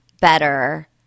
better